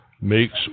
makes